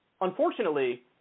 unfortunately